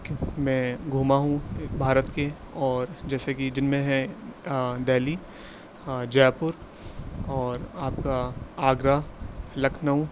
کہ میں گھوما ہوں بھارت کے اور جیسا کہ جن میں ہیں دلی ہاں جے پور اور آپ کا آگرہ لکھنؤ